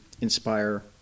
inspire